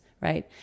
right